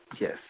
Yes